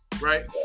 Right